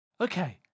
Okay